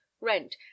rent